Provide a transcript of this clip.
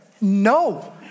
no